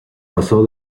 pasó